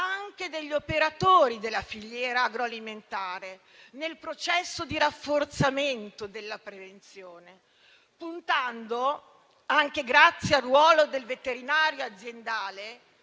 anche degli operatori della filiera agroalimentare nel processo di rafforzamento della prevenzione, puntando, anche grazie al ruolo del veterinario aziendale,